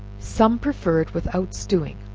some prefer it without stewing,